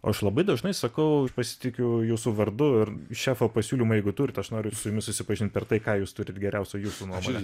aš labai dažnai sakau aš pasitikiu jūsų vardu ir šefo pasiūlymą jeigu turit aš noriu su jumis susipažint per tai ką jūs turit geriausio jūsų nuomone